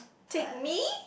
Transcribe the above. but